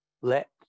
let